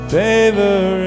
favor